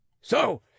So